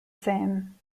same